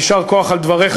יישר כוח על דבריך,